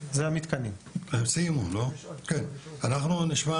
זה היה לגבי המתקנים, נוכל לדבר גם